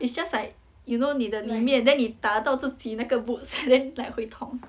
it's just like you know 你的里面 then 你打到自己那个 boots then like 会痛